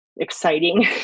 exciting